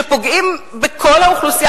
שפוגעים בכל האוכלוסייה,